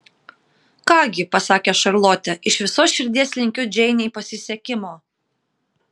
ką gi pasakė šarlotė iš visos širdies linkiu džeinei pasisekimo